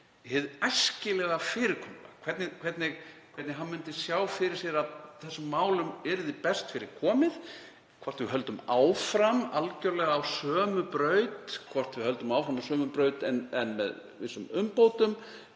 hið æskilega fyrirkomulag, hvernig hann myndi sjá fyrir sér að þessum málum yrði best fyrir komið, hvort við höldum áfram algerlega á sömu braut, (Forseti hringir.) hvort við höldum áfram á sömu braut en með vissum umbótum,